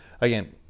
again